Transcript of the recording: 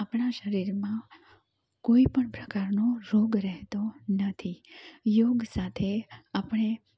આપણાં શરીરમાં કોઈપણ પ્રકારનો રોગ રહેતો નથી યોગ સાથે આપણે